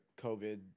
covid